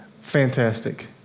Fantastic